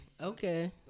Okay